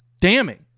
Damning